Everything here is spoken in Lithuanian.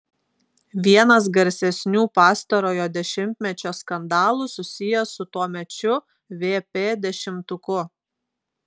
vienas garsesnių pastarojo dešimtmečio skandalų susijęs su tuomečiu vp dešimtuku